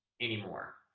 anymore